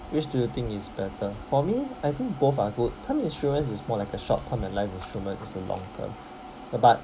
which do you think is better for me I think both are good term insurance is more like a short term and life insurance is a long term but